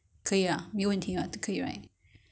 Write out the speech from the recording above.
可以 ah 好